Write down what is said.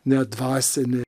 ne dvasinė